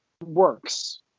works